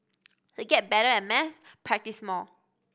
to get better at maths practise more